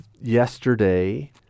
yesterday